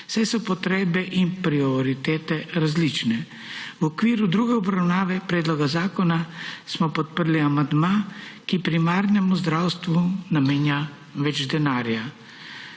saj so potrebe in prioritete različne. V okviru druge obravnave predloga zakona smo podprli amandma, ki primarnemu zdravstvu namenja več denarja.